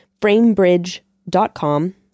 framebridge.com